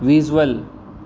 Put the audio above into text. visual